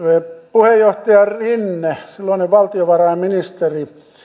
puheenjohtaja rinne silloinen valtiovarainministeri